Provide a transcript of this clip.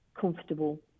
comfortable